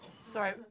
Sorry